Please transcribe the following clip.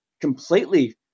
completely